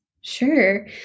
Sure